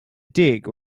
dig